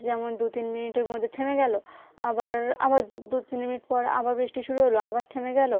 যেমন দু তিন মিনিটের মধ্যে থেমে গেলো আবার আবার দু তিন মিনিট পর আবার বৃষ্টি শুরু হলো আবার থেমে গেলো